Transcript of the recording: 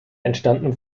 entstanden